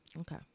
okay